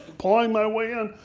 pawing my way in,